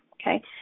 Okay